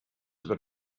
über